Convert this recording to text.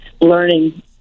learning